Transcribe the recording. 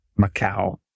Macau